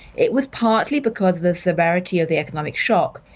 it was partly because the severity of the economic shock,